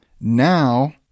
Now